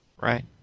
Right